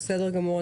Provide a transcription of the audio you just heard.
בסדר גמור.